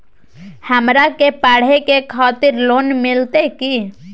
हमरा के पढ़े के खातिर लोन मिलते की?